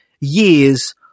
years